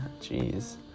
Jeez